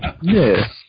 Yes